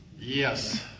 yes